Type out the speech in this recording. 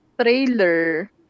Trailer